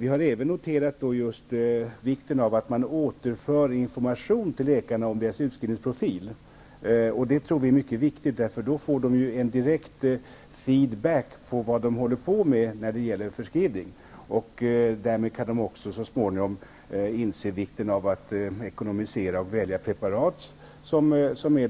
Vi har även noterat vikten av att man återför information till läkarna om deras utskrivningsprofil. Det tror vi är mycket viktigt. Då får de en direkt feedback på vad de håller på med när det gäller förskrivningar. Därmed kan de också så småningom inse vikten av att ekonomisera och välja preparat som är